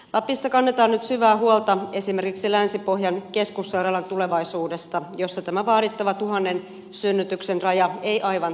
lapissa kannetaan nyt syvää huolta esimerkiksi länsi pohjan keskussairaalan tulevaisuudesta jossa tämä vaadittava tuhannen synnytyksen raja ei aivan täyttyisi